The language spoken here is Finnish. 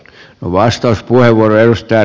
arvoisa puhemies